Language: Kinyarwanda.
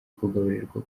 kugaburirwa